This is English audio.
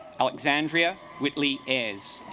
alexandria whitley is